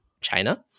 China